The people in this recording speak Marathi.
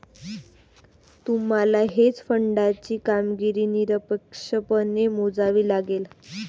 तुम्हाला हेज फंडाची कामगिरी निरपेक्षपणे मोजावी लागेल